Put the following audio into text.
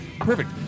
perfect